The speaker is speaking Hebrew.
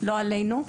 לא עלינו.